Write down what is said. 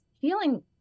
feeling